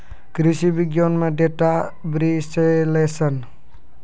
कृषि विज्ञान में डेटा विश्लेषण